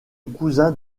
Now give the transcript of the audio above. cousin